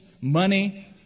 money